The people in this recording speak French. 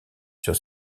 sur